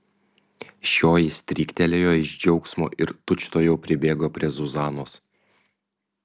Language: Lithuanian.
šioji stryktelėjo iš džiaugsmo ir tučtuojau pribėgo prie zuzanos